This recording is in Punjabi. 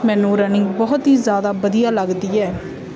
ਮੈਨੂੰ ਰਨਿੰਗ ਬਹੁਤ ਹੀ ਜ਼ਿਆਦਾ ਵਧੀਆ ਲੱਗਦੀ ਹੈ